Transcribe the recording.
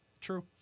True